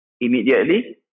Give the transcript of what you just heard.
immediately